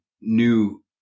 new